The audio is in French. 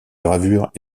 gravures